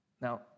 Now